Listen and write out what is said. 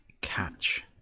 Catch